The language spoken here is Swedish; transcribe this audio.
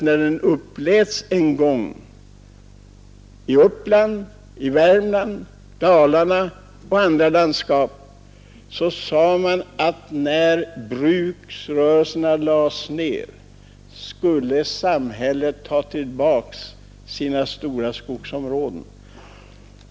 När den uppläts en gång — i Uppland, i Värmland och i andra landskap — uttalades det nämligen att samhället vid nedläggning av bruksrörelserna skulle ta tillbaks sina stora skogsområden.